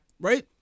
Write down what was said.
right